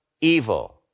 evil